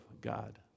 God